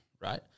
right